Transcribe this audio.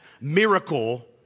miracle